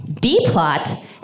B-Plot